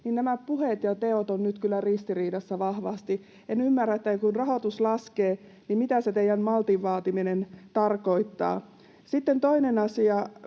nämä puheet ja teot ovat nyt kyllä ristiriidassa vahvasti. En ymmärrä, kun rahoitus laskee, mitä se teidän maltin vaatimisenne tarkoittaa. Sitten toinen asia,